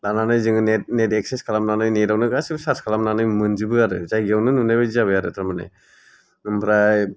लानानै जोङो net access खालामनानै नेट आवनो गासिबो सार्स खालामनानै मोनजोबो आरो जायगायावनो नुनाय बादि जाबाय आरो थारमाने ओमफ्राय